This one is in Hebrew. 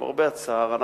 למרבה הצער,